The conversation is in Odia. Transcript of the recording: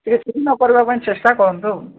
ଟିକେ ଛୁଟି ନ କରିବା ପାଇଁ ଚେଷ୍ଟା କରନ୍ତୁ